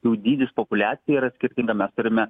jų dydis populiacija yra skirtinga mes turime